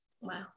Wow